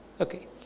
Okay